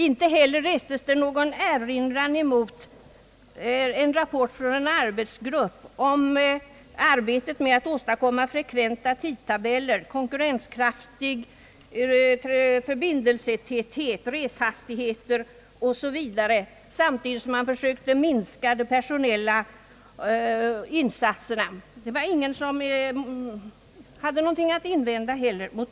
Inte heller restes någon erinran mot rapporten från en arbetsgrupp om arbetet med att åstadkomma frekventa tidtabeller, konkurrenskraftig förbindelsetäthet, tillfredsställande reshastigheter osv., samtidigt som man försökte minska de personella insatserna.